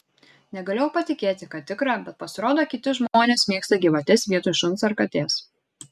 negalėjau patikėti kad tikra bet pasirodo kiti žmonės mėgsta gyvates vietoj šuns ar katės